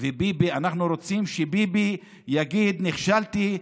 אנחנו רוצים שביבי יגיד: נכשלתי,